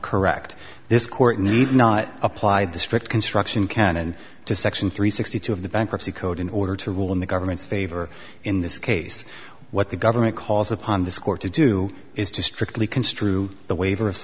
correct this court need not apply the strict construction canon to section three sixty two of the bankruptcy code in order to rule in the government's favor in this case what the government calls upon this court to do is to strictly construe the waiver